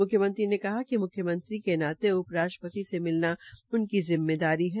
मुख्यमंत्री ने कहा कि मुख्यमंत्री के नाते उपराष्ट्रपति से मिलना उनकी जिम्मेदारी है